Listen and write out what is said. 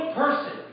person